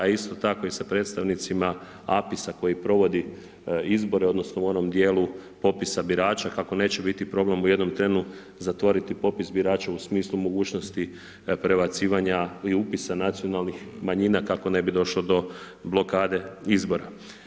A isto tako i sa predstavnicima APIS-a koji provodi izbore, odnosno, u onom dijelu popisa birača, kako neće biti problem u jednom trenu zatvoriti popis birača u smislu mogućnosti prebacivanja pri upisa nacionalnih manjina, kako ne bi došlo do blokade izbora.